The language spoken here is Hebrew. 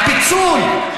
על פיצול.